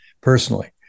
personally